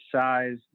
size